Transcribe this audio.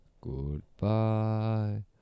Goodbye